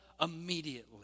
immediately